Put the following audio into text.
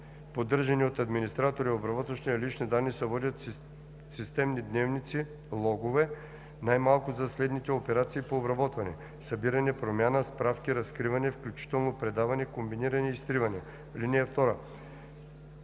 поддържани от администратора и обработващия лични данни, се водят системни дневници (логове) най-малко за следните операции по обработване – събиране, промяна, справки, разкриване, включително предаване, комбиниране и изтриване. (2)